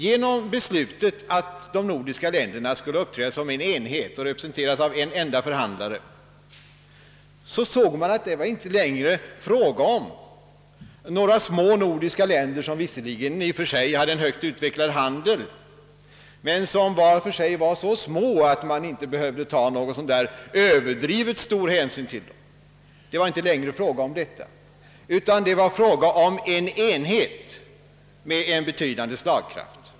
Genom beslutet att de nordiska länderna skulle uppträda som en enhet och representeras av en enda förhandlare såg man att det inte längre var fråga om några små nordiska länder, som visserligen i och för sig hade en högt utvecklad handel men som var för sig var så små att det inte behövde tas så överdrivet stor hänsyn till dem. Det var nu i stället fråga om en enhet med betydande slagkraft.